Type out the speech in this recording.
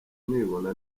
nibona